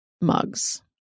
mugs